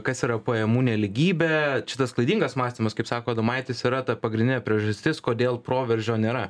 kas yra pajamų nelygybė šitas klaidingas mąstymas kaip sako adomaitis yra ta pagrindinė priežastis kodėl proveržio nėra